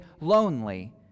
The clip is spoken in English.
lonely